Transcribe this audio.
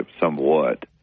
somewhat